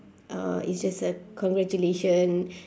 uh it's just a congratulation